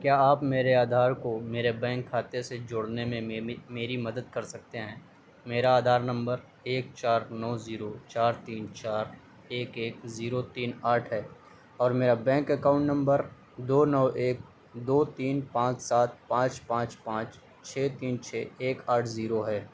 کیا آپ میرے آدھار کو میرے بینک خاتے سے جوڑنے میں میری مدد کر سکتے ہیں میرا آدھار نمبر ایک چار نو زیرو چار تین چار ایک ایک زیرو تین آٹھ ہے اور میرا بینک اکاؤنٹ نمبر دو نو ایک دو تین پانچ سات پانچ پانچ پانچ چھ تین چھ ایک آٹھ زیرو ہے